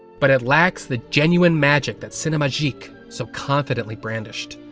but it lacks the genuine magic that cinemagique so confidently brandished.